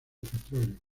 petróleo